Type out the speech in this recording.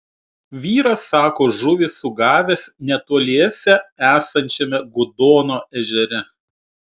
vyras sako žuvį sugavęs netoliese esančiame gudono ežere